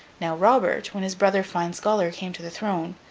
now robert, when his brother fine-scholar came to the throne,